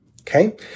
okay